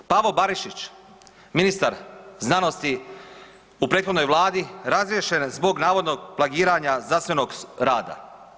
Pavo Barišić ministar znanosti u prethodnoj Vladi razriješen je zbog navodnog plagiranja znanstvenog rada.